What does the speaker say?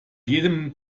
jedem